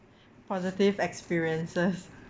positive experiences